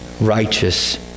righteous